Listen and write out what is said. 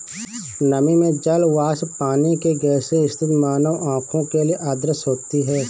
नमी में जल वाष्प पानी की गैसीय स्थिति मानव आंखों के लिए अदृश्य होती है